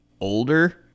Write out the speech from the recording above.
older